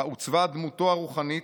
בה עוצבה דמותו הרוחנית,